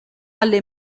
alle